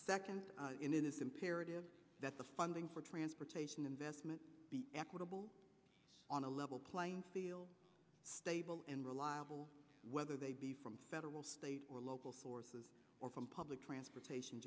and it is imperative that the funding for transportation investment be equitable on a level playing field stable and reliable whether they be from federal state or local forces or from public transportation